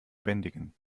bändigen